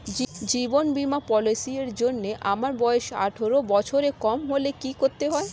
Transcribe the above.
জীবন বীমা পলিসি র জন্যে আমার বয়স আঠারো বছরের কম হলে কি করতে হয়?